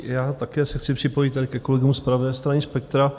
Já také se chci připojit tady ke kolegům z pravé strany spektra.